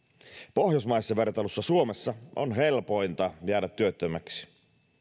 pohjoismaisessa vertailussa suomessa on helpointa jäädä työttömäksi